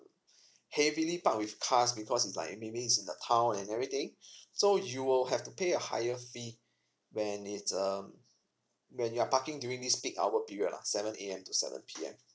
heavily park with cars because it's like maybe it's in the town and everything so you will have to pay a higher fee when it's um when you are parking during this peak hour period lah seven A_M to seven P_M